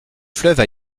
fleuve